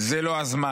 זה לא הזמן,